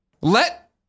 Let